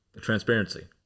transparency